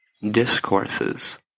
Discourses